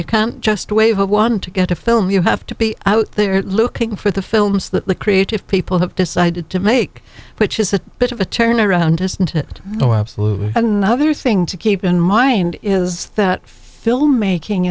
it can't just wave a wand to get a film you have to be out there looking for the films that the creative people have decided to make which is a bit of a turnaround isn't it oh absolutely another thing to keep in mind is that film making